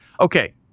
Okay